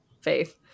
Faith